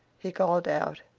he called out,